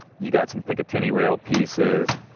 you got some picatinny rail pieces.